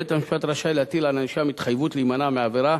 בית-המשפט רשאי להטיל על הנאשם התחייבות להימנע מעבירה,